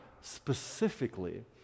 specifically